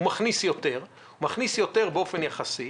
הוא מכניס יותר באופן יחסי.